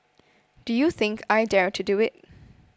do you think I dare to do it